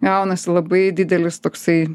gaunasi labai didelis toksai